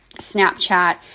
Snapchat